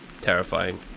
terrifying